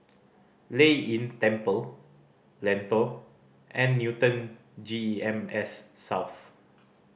Lei Yin Temple Lentor and Newton G E M S South